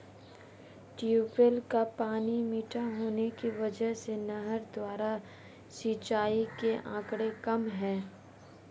tubewell का पानी मीठा होने की वजह से नहर द्वारा सिंचाई के आंकड़े कम है